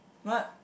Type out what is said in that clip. what